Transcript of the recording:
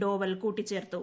ഡോവൽ കൂട്ടിച്ചേർത്തു